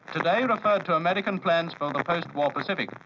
today referred to american plans for the post-war pacific.